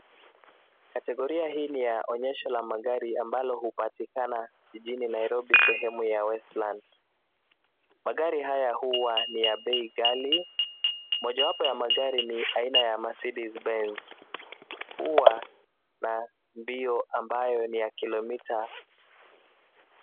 Kategoria hii ni ya onyesho la magari ambalo hupatikana jijini Nairobi sehemu ya Westlands .Magari haya huwa ni ya bei ghali. Mojawapo ya magari ni aina ya Mercedes Benz .Huwa na mbio ambayo ni ya kilomita.